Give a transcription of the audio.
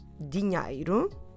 dinheiro